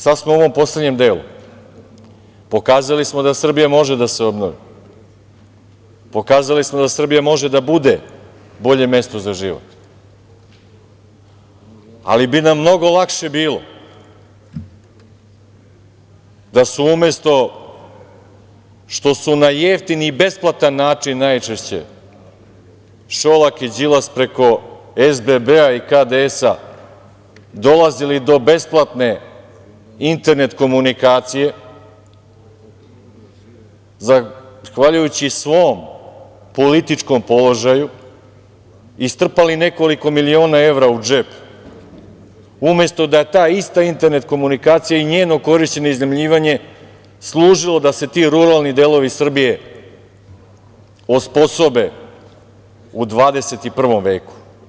Sada smo ovom poslednjem delu pokazali da Srbija može da se obnovi, pokazali da Srbija može da bude bolje mesto za život, ali bi nam mnogo lakše bilo da umesto što su na jeftin i besplatan način najčešće Šolak i Đilas preko SBB-a i KDS-a dolazili do besplatne internet komunikacije zahvaljujući svom političkom položaju i strpali nekoliko miliona evra u džep, umesto da je ta ista internet komunikacija i njeno korišćenje i iznajmljivanje služilo da se ti ruralni delovi Srbije osposobe u 21. veku.